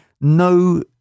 no